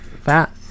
fat